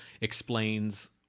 explains